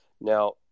Now